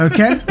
Okay